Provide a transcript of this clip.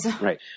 Right